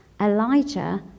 Elijah